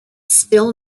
still